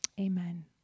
Amen